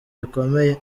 bikomeye